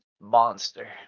monster